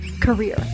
Career